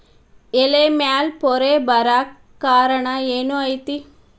ಎಲೆ ಮ್ಯಾಲ್ ಪೊರೆ ಬರಾಕ್ ಕಾರಣ ಏನು ಐತಿ?